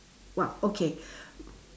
!wah! okay